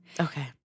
Okay